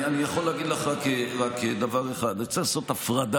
אני יכול להגיד לך רק דבר אחד: צריך לעשות הפרדה,